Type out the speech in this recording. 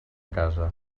casa